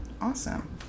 Awesome